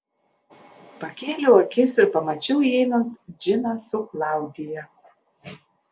pakėliau akis ir pamačiau įeinant džiną su klaudija